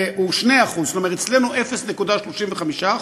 זאת אומרת אצלנו 0.35%,